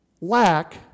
lack